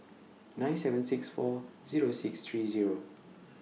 nine seven six four Zero six three Zero